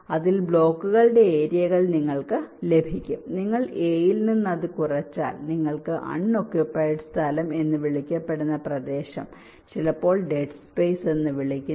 അതിനാൽ ബ്ലോക്കുകളുടെ ഏരിയകൾ നിങ്ങൾക്ക് ലഭിക്കും നിങ്ങൾ എയിൽ നിന്ന് അത് കുറച്ചാൽ നിങ്ങൾക്ക് അൺഒക്ക്യൂപിഡ് സ്ഥലം എന്ന് വിളിക്കപ്പെടുന്ന പ്രദേശം ചിലപ്പോൾ ഡെഡ് സ്പേസ് എന്ന് വിളിക്കുന്നു